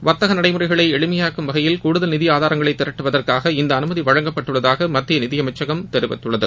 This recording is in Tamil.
வர்த்தக நடைமுறைகளை எளிமையாக்கும் வகையில் கூடுதல் நிதி ஆதாரங்களை திரட்டுவதற்காக இந்த அனுமதி வழங்கப்பட்டுள்ளதாக மத்திய நிதி அமைச்சகம் தெரிவித்துள்ளது